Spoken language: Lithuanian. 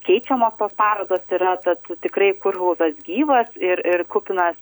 keičiamos tos parodos yra tad tikrai kurhauzas gyvas ir ir kupinas